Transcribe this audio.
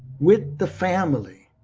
with the family.